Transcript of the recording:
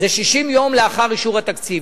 60 יום לאחר אישור התקציב.